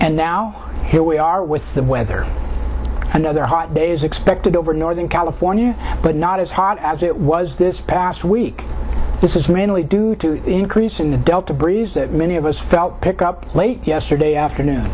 and now here we are with the weather another hot days expected over northern california but not as hot as it was this past week this is mainly due to increase in the delta breeze that many of us felt pick up late yesterday afternoon